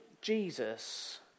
Jesus